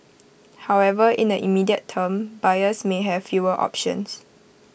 however in the immediate term buyers may have fewer options